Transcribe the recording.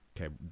Okay